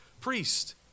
priest